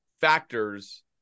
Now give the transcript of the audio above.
factors